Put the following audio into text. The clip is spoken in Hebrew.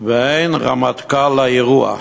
ואין רמטכ"ל לאירוע.